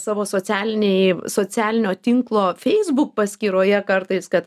savo socialinėj socialinio tinklo facebook paskyroje kartais kad